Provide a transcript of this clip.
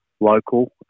local